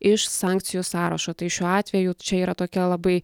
iš sankcijų sąrašo tai šiuo atveju čia yra tokia labai